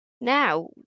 Now